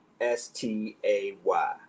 S-T-A-Y